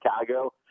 Chicago